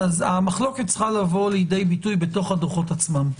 המחלוקת צריכה לבוא לידי ביטוי בתוך הדוחות עצמם.